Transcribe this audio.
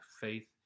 faith